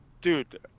dude